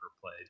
played